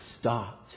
stop